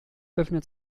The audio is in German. befindet